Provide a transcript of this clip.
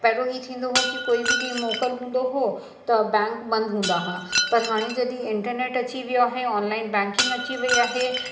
पहिरों ई थींदो हुओ की कोई बि ॾींहुं मोकल हूंदो हुओ त बैंक बंदि हूंदा हा पर हाणे जॾहिं इंटरनेट अची वियो आहे ऑनलाइन बैंकिंग अची वई आहे